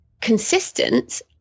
consistent